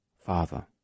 Father